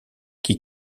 qui